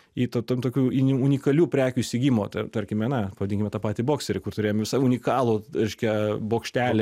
į ten tokių uni unikalių prekių įsigijimo tar tarkime na pavadinkime tą patį bokserį kur turėjom visą unikalų reiškia bokštelį